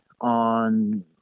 on